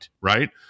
Right